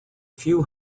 few